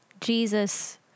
Jesus